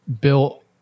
built